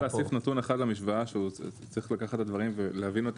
-- צריך להוסיף נתון אחד למשוואה ולהבין את הדברים כהווייתם: